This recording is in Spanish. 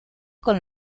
con